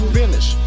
finish